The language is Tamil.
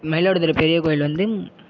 மயிலாடுதுறை பெரிய கோயில் வந்து